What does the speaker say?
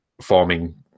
forming